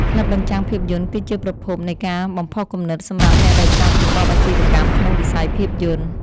ក្លឹបបញ្ចាំងភាពយន្តគឺជាប្រភពនៃការបំផុសគំនិតសម្រាប់អ្នកដែលចង់ប្រកបអាជីពក្នុងវិស័យភាពយន្ត។